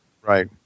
Right